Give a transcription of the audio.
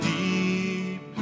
deep